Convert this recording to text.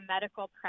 medical